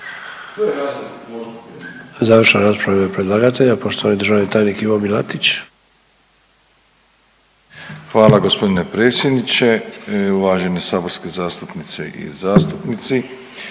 Završna rasprava u ime predlagatelja, poštovani državni tajnik Ivo Milatić. **Milatić, Ivo** Hvala gospodine predsjedniče, uvaženi saborski zastupnice i zastupnici.